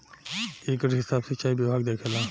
एकर हिसाब सिचाई विभाग देखेला